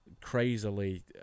crazily